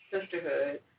sisterhood